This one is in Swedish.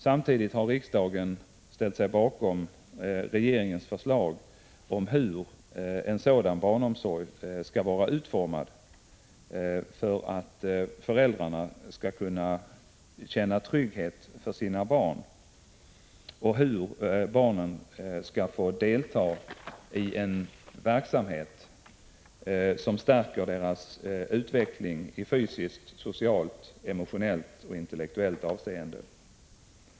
Samtidigt har riksdagen ställt sig bakom regeringens förslag om hur en sådan barnomsorg skall vara utformad för att föräldrarna skall kunna känna trygghet för sina barn och hur barnen skall få delta i en verksamhet som stärker deras utveckling i fysiskt, socialt, emotionellt och intellektuellt avseende.